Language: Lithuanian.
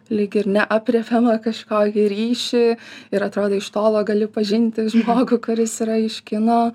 lyg ir neaprėpiamą kažkokį ryšį ir atrodo iš tolo gali pažinti žmogų kuris yra iš kino